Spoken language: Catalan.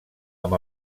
amb